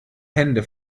hände